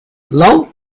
love